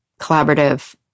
collaborative